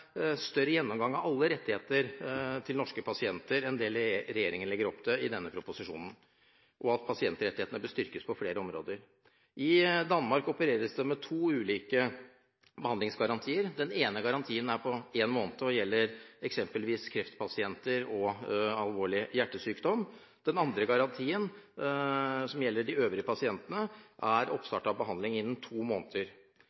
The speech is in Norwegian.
større gjennomgang av alle rettigheter til norske pasienter enn det regjeringen legger opp til i denne proposisjonen, og at pasientrettighetene bør styrkes på flere områder. I Danmark opereres det med to ulike behandlingsgarantier. Den ene garantiene er på en måned og gjelder eksempelvis for kreftpasienter og pasienter med alvorlig hjertesykdom. Den andre garantien gjelder øvrige pasienter som er